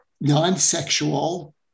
non-sexual